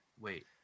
Wait